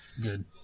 Good